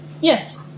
Yes